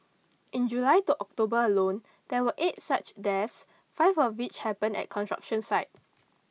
in July to October alone there were eight such deaths five of which happened at construction sites